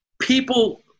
people